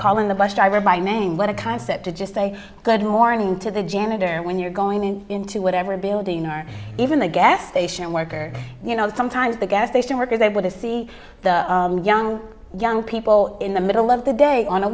calling the bus driver by name what a concept to just say good morning to the janitor and when you're going into whatever building or even the gas station worker you know sometimes the gas station workers are able to see the young young people in the middle of the day on a